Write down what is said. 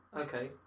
Okay